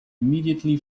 immediately